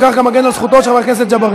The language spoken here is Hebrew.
וכך גם אגן על זכותו של חבר הכנסת ג'בארין.